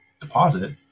deposit